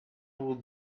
will